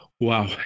Wow